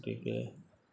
গতিকে